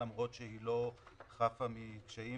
למרות שהיא לא חפה מקשיים,